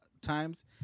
times